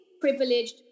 privileged